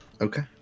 Okay